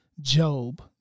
Job